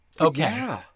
Okay